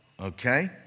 Okay